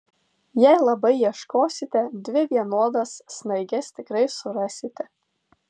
jei labai ieškosite dvi vienodas snaiges tikrai surasite